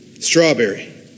Strawberry